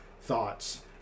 thoughts